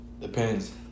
Depends